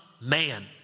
man